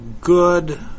good